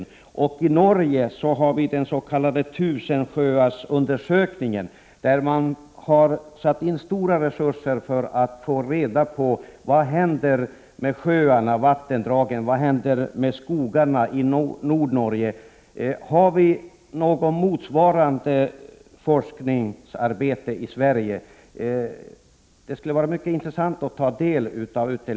I Norge finns den s.k. tusensjöarsundersökningen. I den har man satt in stora resurser för att få reda på vad som händer med sjöarna och vattendragen och med skogarna i Nordnorge. Har vi något motsvarande forskningsarbete i Sverige? Det skulle vara 10 november 1988 intressant att ta del av detta.